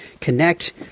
connect